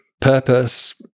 purpose